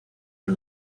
los